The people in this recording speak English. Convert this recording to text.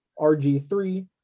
RG3